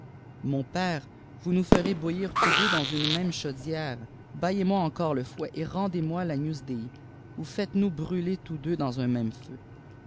mon père vous noiis ferez bouillir tous deux dans une même chaûdièire bailler moi encore le fouet et rendez-moi la muse des vous faites-nous brûler tous deux daçs un même feu